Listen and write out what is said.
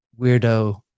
weirdo